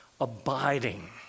abiding